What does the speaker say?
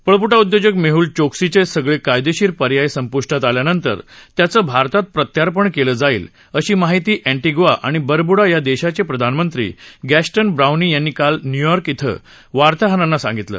पळपुटा उद्योजक मेहल चोक्सीचे सगळे कायदेशीर पर्याय संपुष्टात आल्यानंतर त्याचं भारतात प्रत्यार्पण केलं जाईल अशी माहिती अँटिग्वा आणि बरब्डा या देशाचे प्रधानमंत्री गॅस्टन ब्राउनी यांनी काल न्यूयॉर्क धिं वार्ताहाराना सांगितलं